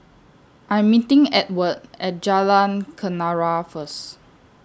I'm meeting Edward At Jalan Kenarah First